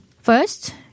first